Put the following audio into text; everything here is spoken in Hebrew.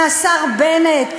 מהשר בנט,